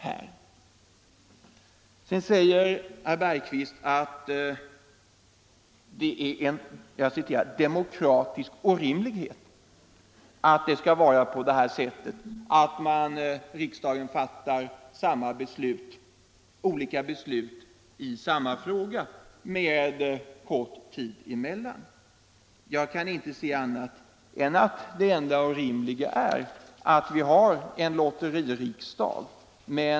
Herr Bergqvist säger vidare att det är ”en demokratisk orimlighet” att riksdagen fattar olika beslut i samma fråga med kort tid emellan. Jag kan inte se annat än att det orimliga är att vi har en lotteririksdag.